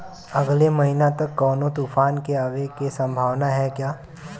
अगले महीना तक कौनो तूफान के आवे के संभावाना है क्या?